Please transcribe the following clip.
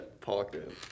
pocket